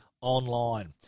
online